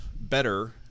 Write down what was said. Better